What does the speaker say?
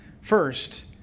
First